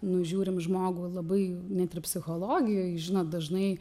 nu žiūrim žmogų labai net ir psichologijoj žinot dažnai